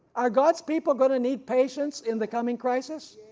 are god's people going to need patience in the coming crisis?